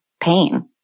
pain